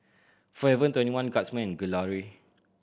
Forever Twenty One Guardsman Gelare